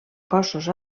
cossos